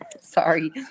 Sorry